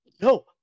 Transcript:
no